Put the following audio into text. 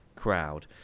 crowd